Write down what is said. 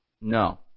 no